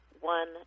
one